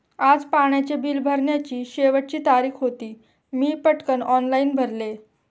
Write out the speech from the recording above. आज पाण्याचे बिल भरण्याची शेवटची तारीख होती, मी पटकन ऑनलाइन भरले